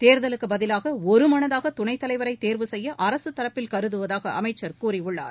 தேர்தலுக்குப் பதிவாக ஒருமனதாக துணைத் தலைவரை தேர்வு செய்ய அரசு தரப்பில் கருதுவதாக அமைச்சர் கூறியுள்ளார்